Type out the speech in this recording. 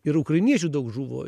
ir ukrainiečių daug žuvo